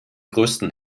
größten